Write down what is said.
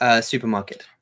Supermarket